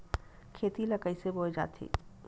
खेती ला कइसे बोय जाथे?